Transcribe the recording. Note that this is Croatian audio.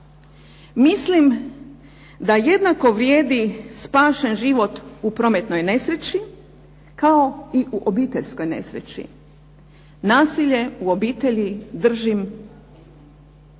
Mislim da jednako vrijedi spašen život u prometnoj nesreći kao i u obiteljskoj nesreći. Nasilje u obitelji držim